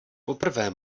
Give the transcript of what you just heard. poprvé